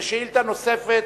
ושאלה נוספת,